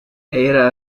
era